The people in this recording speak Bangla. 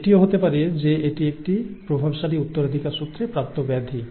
এটিও হতে পারে যে এটি একটি প্রভাবশালী উত্তরাধিকারসূত্রে প্রাপ্ত ব্যাধি